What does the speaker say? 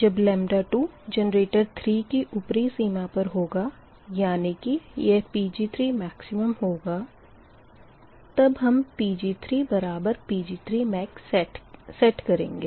जब 2 जनरेटर 3 की ऊपरी सीमा पर होगा यानी कि यह Pg3max होगा तब हम Pg3Pg3max सेट करेंगे